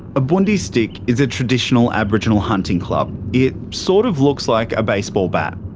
a bundi stick is a traditional aboriginal hunting club. it sort of looks like a baseball bat.